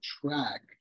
track